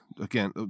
again